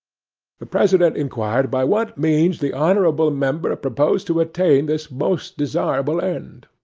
the president inquired by what means the honourable member proposed to attain this most desirable end?